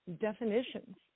definitions